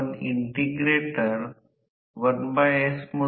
परंतु ते कधीही ns पकडणार नाही जर ते ns पकडले तर n रिलेटिव्ह गती नंतर निश्चित होईल